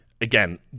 again